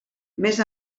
més